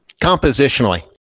compositionally